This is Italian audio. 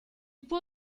può